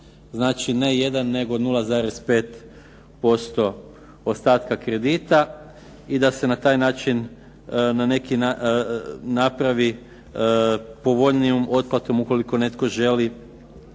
Znači ne 1, nego 0,5% ostatka kredita i da se na taj način neki napravi povoljnijom otplatom ukoliko netko želi odmah otplatiti